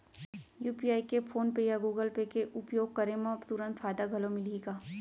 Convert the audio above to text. UPI के PhonePe या Google Pay के उपयोग करे म तुरंत फायदा घलो मिलही का?